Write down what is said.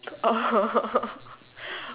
oh